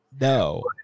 no